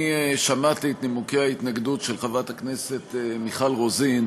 שמעתי את נימוקי ההתנגדות של חברת הכנסת מיכל רוזין,